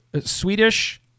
Swedish